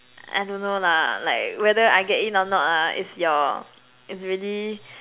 I don't know lah like whether I get in or not ah is your is really